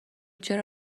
چرا